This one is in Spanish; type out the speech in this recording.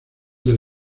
del